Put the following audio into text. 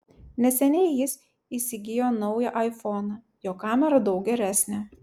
neseniai jis įsigijo naują aifoną jo kamera daug geresnė